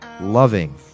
Loving